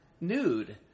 nude